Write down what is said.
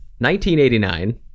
1989